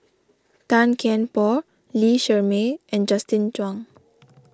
Tan Kian Por Lee Shermay and Justin Zhuang